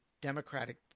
Democratic